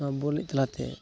ᱱᱚᱣᱟ ᱵᱚᱞ ᱮᱱᱮᱡ ᱛᱟᱞᱟᱛᱮ